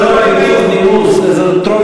זה לא מתוך נימוס.